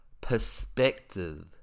perspective